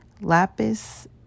Lapis